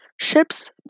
Ships